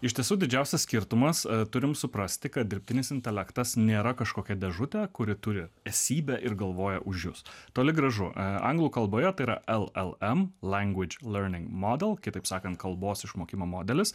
iš tiesų didžiausias skirtumas turim suprasti kad dirbtinis intelektas nėra kažkokia dežutė kuri turi esybę ir galvoja už jus toli gražu anglų kalboje per llm language learning model kitaip sakant kalbos išmokimo modelis